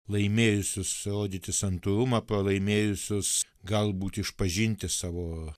laimėjusius rodyti santūrumą pralaimėjusius galbūt išpažinti savo